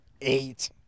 eight